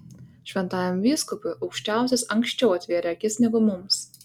šventajam vyskupui aukščiausias anksčiau atvėrė akis negu mums